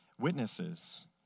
witnesses